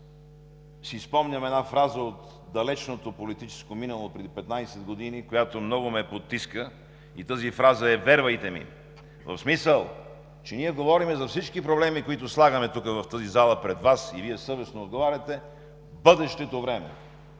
си спомням една фраза от далечното политическо минало отпреди 15 години, която много ме потиска, и тази фраза е „Вервайте ми!“. В смисъл, че ние говорим за всички проблеми, които слагаме в тази зала пред Вас и Вие съвестно отговаряте, бъдеще време.